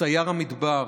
סייר המדבר,